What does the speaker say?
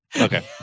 Okay